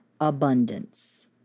abundance